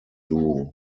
duo